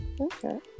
Okay